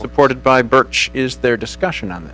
supported by birch is there discussion on